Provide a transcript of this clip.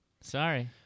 sorry